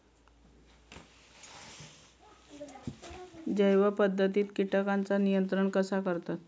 जैव पध्दतीत किटकांचा नियंत्रण कसा करतत?